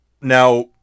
Now